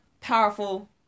powerful